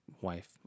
wife